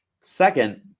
Second